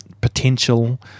potential